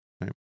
right